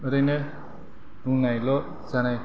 ओरैनो बुंनायल' जानाय